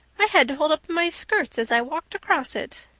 i had to hold up my skirts as i walked across it.